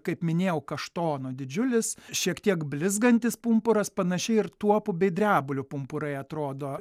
kaip minėjau kaštono didžiulis šiek tiek blizgantis pumpuras panašiai ir tuopų bei drebulio pumpurai atrodo